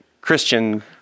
christian